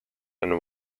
and